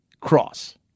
Cross